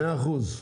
מאה אחוז.